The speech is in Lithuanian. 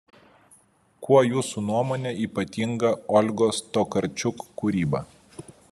kuo jūsų nuomone ypatinga olgos tokarčuk kūryba